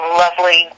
lovely